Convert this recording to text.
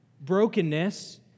Brokenness